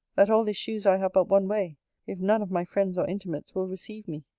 that all this shews i have but one way if none of my friends or intimates will receive me.